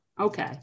Okay